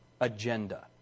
agenda